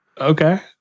Okay